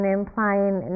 implying